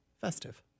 Festive